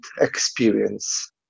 experience